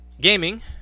gaming